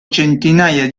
centinaia